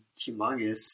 humongous